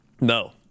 No